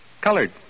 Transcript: Colored